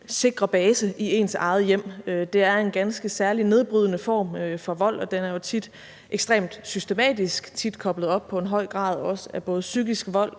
sikre base, i ens eget hjem. Det er en ganske særlig, nedbrydende form for vold, og den er jo tit ekstremt systematisk og tit koblet op på en høj grad af både psykisk vold